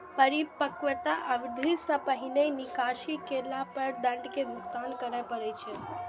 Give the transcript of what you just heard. परिपक्वता अवधि सं पहिने निकासी केला पर दंड के भुगतान करय पड़ै छै